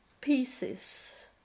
pieces